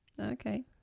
Okay